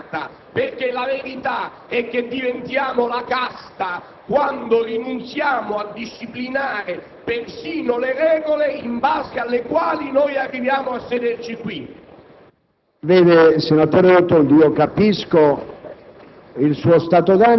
discutiamo della cittadella democratica, Sagunto viene espugnata. La verità è che diventiamo la casta quando rinunciamo a disciplinare persino le regole in base alle quali arriviamo a sederci qui.